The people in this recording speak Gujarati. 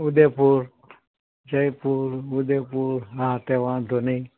ઉદયપુર જયપુર ઉદયપુર હા તે વાંધો નહીં